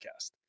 podcast